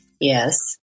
Yes